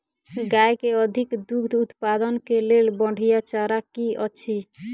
गाय केँ अधिक दुग्ध उत्पादन केँ लेल बढ़िया चारा की अछि?